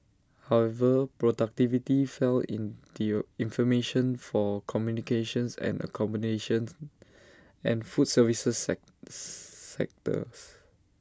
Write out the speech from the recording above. however productivity fell in the information for communications and accommodations and food services sectors